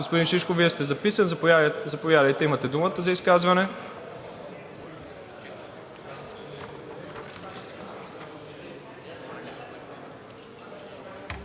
господин Шишков, Вие сте записан. Заповядайте, имате думата за изказване.